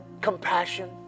compassion